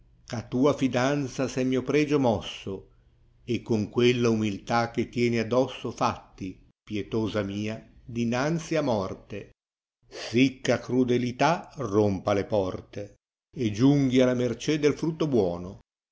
a taa fidanza sè mio prego mosso con quella umiltà che tieni addosso fatti pietosa mìa dinanzi a morte sicch a cfudelità rompa le porte e giunghi alla mercè del frutto buono